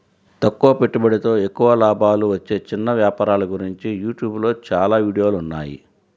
తక్కువ పెట్టుబడితో ఎక్కువ లాభాలు వచ్చే చిన్న వ్యాపారాల గురించి యూట్యూబ్ లో చాలా వీడియోలున్నాయి